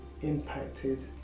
impacted